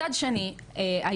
מצד שני,